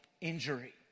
injury